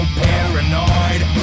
paranoid